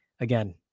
again